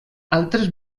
altres